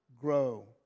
Grow